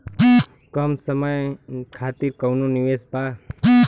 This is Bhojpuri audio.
कम समय खातिर कौनो निवेश बा?